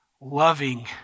loving